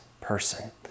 person